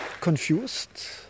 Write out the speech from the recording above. confused